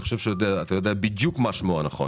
אני חושב שאתה יודע בדיוק מה שמו הנכון